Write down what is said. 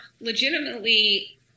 legitimately